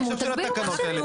בהקשר של התקנות האלה.